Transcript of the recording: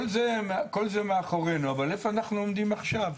כל זה מאחורינו, אבל איפה אנחנו עומדים עכשיו?